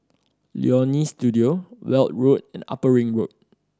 Leonie Studio Weld Road and Upper Ring Road